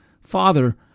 Father